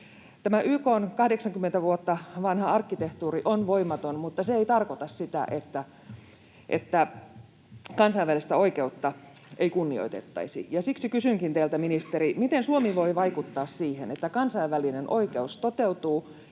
YK:n 80 vuotta vanha arkkitehtuuri on voimaton, mutta se ei tarkoita sitä, että kansainvälistä oikeutta ei kunnioitettaisi. Siksi kysynkin teiltä, ministeri: miten Suomi voi vaikuttaa siihen, että kansainvälinen oikeus toteutuu